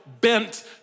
bent